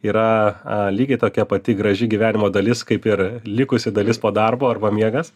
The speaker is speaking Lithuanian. yra lygiai tokia pati graži gyvenimo dalis kaip ir likusi dalis po darbo arba miegas